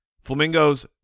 flamingos